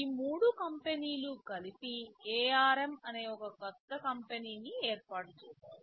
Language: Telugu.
ఈ మూడు కంపెనీలు కలిసి ARM అనే ఓ కొత్త కంపెనీని ఏర్పాటు చేశాయి